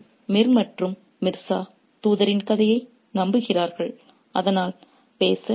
எனவே மிர் மற்றும் மிர்சா தூதரின் கதையை நம்புகிறார்கள் அதனால் பேச